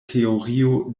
teorio